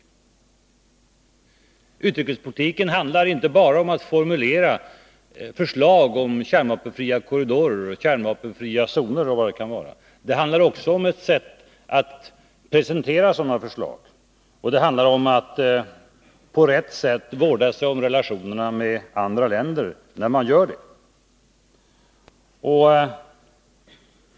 När det gäller utrikespolitiken handlar det inte bara om att formulera förslag till kärnvapenfria korridorer, kärnvapenfria zoner etc., utan det handlar också om det sätt på vilket förslagen presenteras och om att vårda sig om relationerna med andra länder.